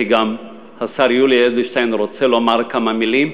כי גם השר יולי אדלשטיין רוצה לומר כמה מילים,